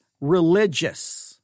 religious